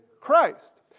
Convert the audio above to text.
Christ